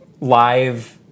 live